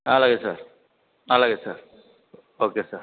అలాగే సార్ అలాగే sir okay sir